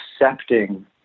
accepting